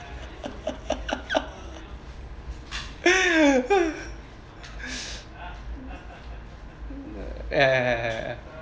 ya ya ya ya